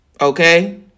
Okay